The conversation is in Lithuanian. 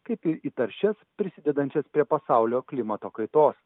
kaip į į taršias prisidedančias prie pasaulio klimato kaitos